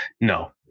No